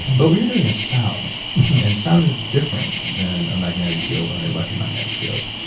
but we are doing is sound and sound is different than a magnetic field or an electromagnetic field,